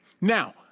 Now